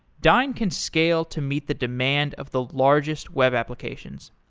dyn can scale to meet the demand of the largest web applications.